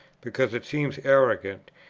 because it seems arrogant,